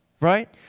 right